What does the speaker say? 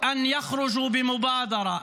כנסת נכבדה,